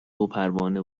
وپروانه